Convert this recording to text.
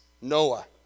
Noah